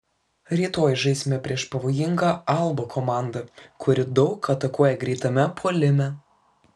rytoj žaisime prieš pavojingą alba komandą kuri daug atakuoja greitame puolime